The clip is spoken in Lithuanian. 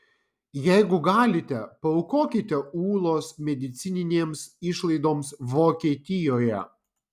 jeigu galite paaukokite ūlos medicininėms išlaidoms vokietijoje